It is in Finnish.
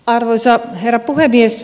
arvoisa herra puhemies